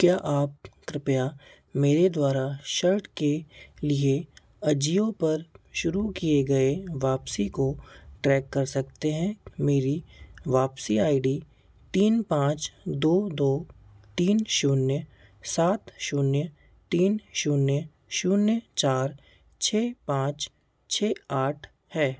क्या आप कृपया मेरे द्वारा शर्ट के लिए अजियो पर शुरू किए गए वापसी को ट्रैक कर सकते हैं मेरी वापसी आई डी तीन पाँच दो दो तीन शून्य सात शून्य तीन शून्य शून्य चार छः पाँच छः आठ है